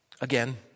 Again